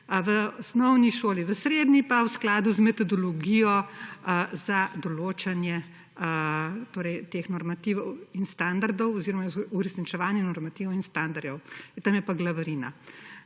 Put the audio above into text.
v osnovni šoli, v srednji pa v skladu z metodologijo za določanje teh normativov in standardov oziroma uresničevanja normativov in standardov, tam je pa glavarina.